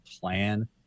plan